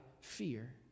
fear